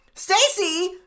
Stacy